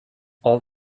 all